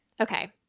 Okay